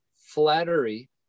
flattery